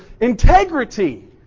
integrity